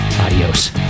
adios